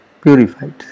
purified